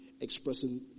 expressing